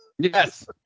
Yes